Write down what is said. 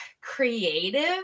creative